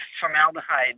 formaldehyde